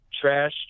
Trash